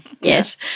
yes